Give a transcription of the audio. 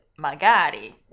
magari